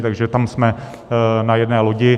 Takže tam jsme na jedné lodi.